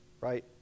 right